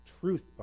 truth